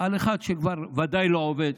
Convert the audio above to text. על אחד שכבר ודאי לא עובד,